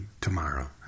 Tomorrow